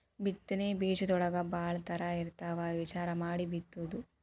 ಬಿತ್ತನೆ ಬೇಜದೊಳಗೂ ಭಾಳ ತರಾ ಇರ್ತಾವ ವಿಚಾರಾ ಮಾಡಿ ಬಿತ್ತುದು